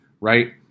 right